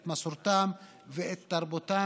את מסורתם ואת תרבותם".